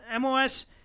MOS